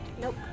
Nope